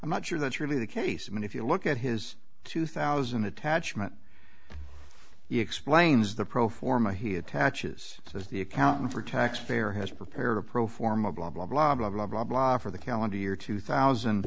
i'm not sure that's really the case i mean if you look at his two thousand attachment he explains the pro forma he attaches as the accountant for taxpayer has prepared a pro forma blah blah blah blah blah blah blah for the calendar year two thousand